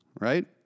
right